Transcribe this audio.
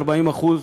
40%